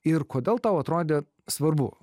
ir kodėl tau atrodė svarbu